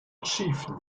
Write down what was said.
achieved